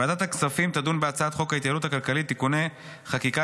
ועדת הכספים תדון בהצעת חוק ההתייעלות הכלכלית (תיקוני חקיקה